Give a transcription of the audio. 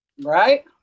right